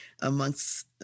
amongst